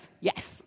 yes